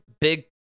big